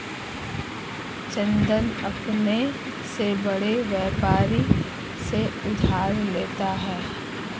चंदन अपने से बड़े व्यापारी से उधार लेता है